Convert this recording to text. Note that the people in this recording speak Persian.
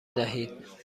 دهید